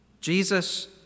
Jesus